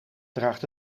draagt